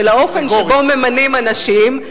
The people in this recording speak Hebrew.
של האופן שבו ממנים אנשים,